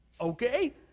okay